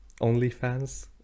OnlyFans